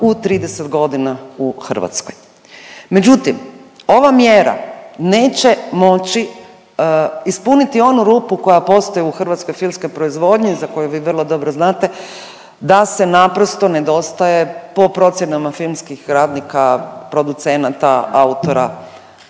u 30 godina u Hrvatskoj. Međutim ova mjera neće moći ispuniti onu rupu koja postoji u hrvatskoj filmskoj proizvodnji za koju vi vrlo dobro znate, da se naprosto nedostaje po procjenama filmskih radnika, producenata, autora,